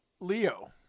Leo